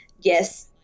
yes